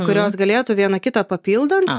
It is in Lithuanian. kurios galėtų vieną kitą papildant